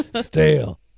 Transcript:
stale